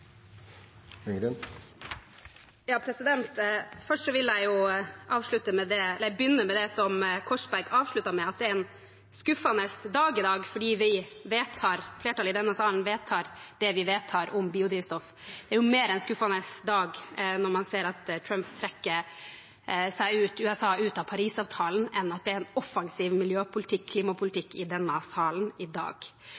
en skuffende dag i dag fordi vi – flertallet i denne salen – vedtar det vi vedtar om biodrivstoff. Det er mer skuffende i dag å se at Trump trekker USA ut av Paris-avtalen, enn at det er en offensiv miljøpolitikk,